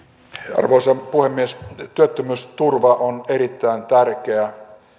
arvoisa puhemies työttömyysturva on erittäin tärkeä